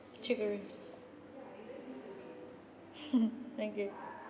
triggering okay